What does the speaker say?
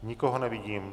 Nikoho nevidím.